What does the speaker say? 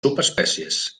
subespècies